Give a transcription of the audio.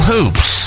Hoops